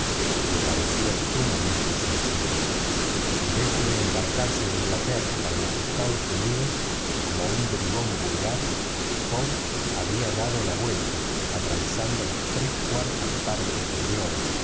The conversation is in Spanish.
le parecía sumamente sencillo en vez de embarcarse en inglaterra para los estados unidos como un bribón vulgar fogg había dado la vuelta atravesando las tres cuartas partes del globo